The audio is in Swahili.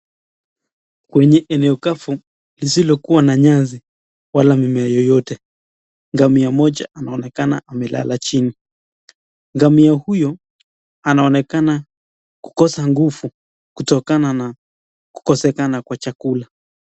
Kwenye eneo kavu lisilokuwa na nyasi wala mimea yoyote, ngamia mmoja anaonekana amelala chini. Ngamia huyo anaonekana kukosa nguvu kutokana na kukosekana kwa chakula.